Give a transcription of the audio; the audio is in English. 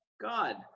God